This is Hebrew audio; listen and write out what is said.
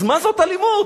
אז מה זאת אלימות?